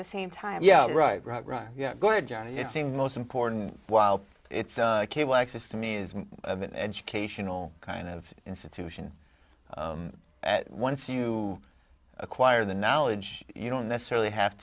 the same time yeah right right right yeah go ahead john and it seems most important while it's cable access to means of an educational kind of institution at once you acquire the knowledge you don't necessarily have